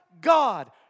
God